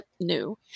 new